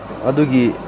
ꯑꯗꯨꯒꯤ